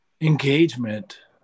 engagement